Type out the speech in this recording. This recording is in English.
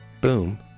boom